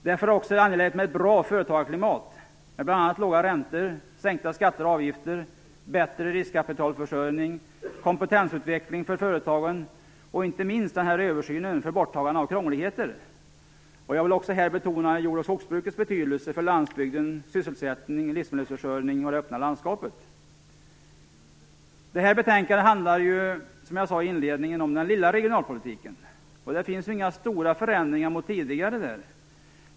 Det är angeläget med ett bra företagarklimat med bl.a. låga räntor, sänkta skatter och avgifter, bättre riskkapitalförsörjning, kompetensutveckling för företagen och inte minst en översyn för borttagande av krångligheter. Jag vill här också betona jord och skogsbrukets betydelse för landsbygden, sysselsättningen, livsmedelsförsörjningen och det öppna landskapet. Det här betänkandet handlar ju, som jag sade i inledningen, om den lilla regionalpolitiken, och där finns det väl inga stora förändringar jämfört med tidigare.